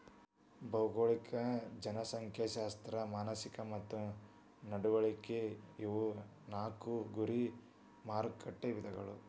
ಭೌಗೋಳಿಕ ಜನಸಂಖ್ಯಾಶಾಸ್ತ್ರ ಮಾನಸಿಕ ಮತ್ತ ನಡವಳಿಕೆ ಇವು ನಾಕು ಗುರಿ ಮಾರಕಟ್ಟೆ ವಿಧಗಳ